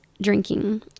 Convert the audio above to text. drinking